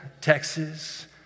Texas